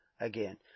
again